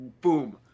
boom